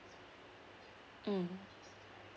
mm